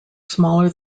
smaller